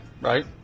right